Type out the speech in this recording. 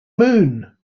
moon